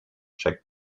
check